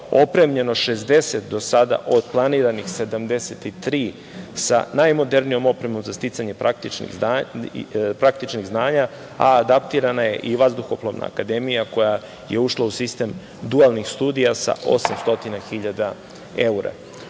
opremljeno 60 do sada od planiranih 73 sa najmodernijom opremom za sticanje praktičnih znanja, a adaptirana je i Vazduhoplovna akademija koja je ušla u sistem dualnih studija sa 800 hiljada